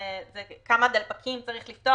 יש מספר דלפקים שצריך לפתוח